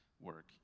work